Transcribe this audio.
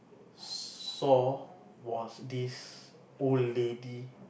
saw was this old lady